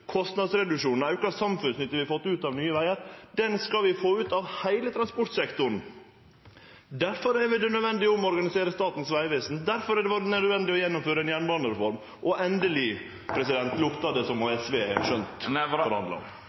av Nye vegar, skal vi få ut av heile transportsektoren. Difor er det nødvendig å omorganisere Statens vegvesen, difor har det vore nødvendig å gjennomføre ei jernbanereform. Endeleg luktar det som at SV har skjønt kva det handlar om.